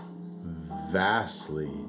vastly